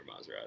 Maserati